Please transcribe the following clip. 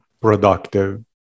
productive